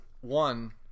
one